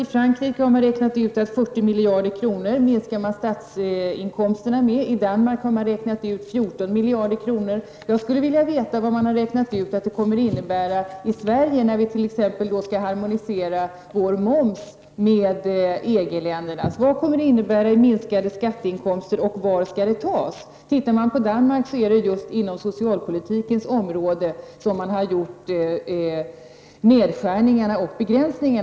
I Frankrike har man räknat ut att statsinkomsterna på detta område minskar med 40 miljarder kronor. I Danmark har man räknat ut att det blir fråga om 14 miljarder kronor. Jag skulle vilja veta vad man har räknat ut att det kommer att innebära för Sveriges del att vi harmoniserar vår moms med EG ländernas. Vad kommer det att innebära i form av minskade skatteinkomster, och var skall detta tas? I Danmark är det just på socialpolitikens område som man har gjort nedskärningar och begränsningar.